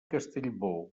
castellbò